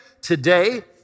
today